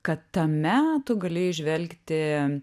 kad tame tu gali įžvelgti